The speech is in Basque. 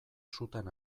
sutan